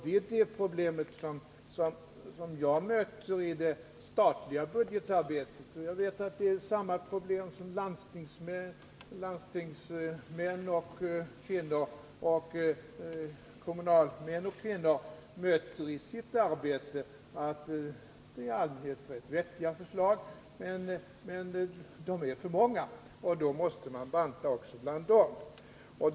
Det problemet möter jag i det statliga budgetarbetet, och samma problem möter landstingsmän och landstingskvinnor och kommunalmän och kommunalkvinnor i sitt arbete. Det gäller i allmänhet rätt vettiga förslag, men de är för många, och då måste man banta också där.